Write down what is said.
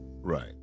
Right